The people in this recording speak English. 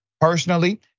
Personally